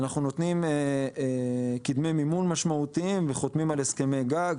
אנחנו נותנים כדמי מימון משמעותיים וחותמים על הסכמי גג.